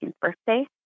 birthday